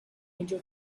angel